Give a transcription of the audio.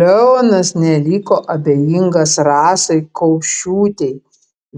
leonas neliko abejingas rasai kaušiūtei